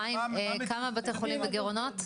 חיים, כמה בתי חולים בגירעונות?